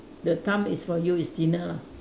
the time is for you is dinner lah